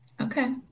Okay